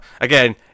Again